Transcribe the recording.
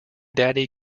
daddy